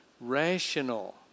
rational